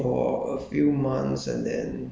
okay lah I think I c~ still can